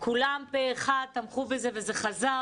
כולם תמכו בזה פה אחד וזה חזר.